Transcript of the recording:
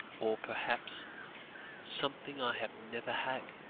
or perhaps something i have never had,